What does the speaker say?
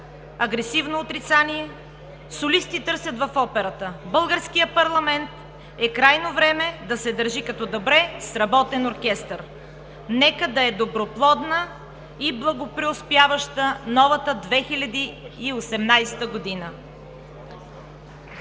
агресивно отрицание. Солисти търсят в операта. Българският парламент е крайно време да се държи като добре сработен оркестър. Нека да е доброплодна и благопреуспяваща новата 2018 година!